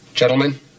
Gentlemen